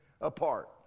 apart